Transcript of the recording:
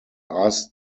asked